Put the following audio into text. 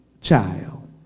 child